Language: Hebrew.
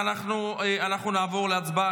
תסתכלו בראי.